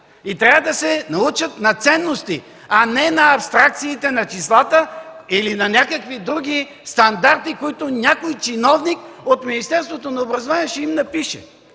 и трябва да се научат на ценности, а не на абстракциите на числата или на някакви други стандарти, които някой чиновник от Министерството на образованието ще им напише.